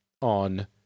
on